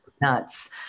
nuts